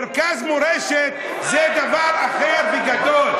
מרכז מורשת זה דבר אחר וגדול.